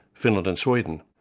finland and sweden,